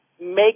make